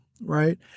Right